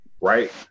right